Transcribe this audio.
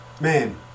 Man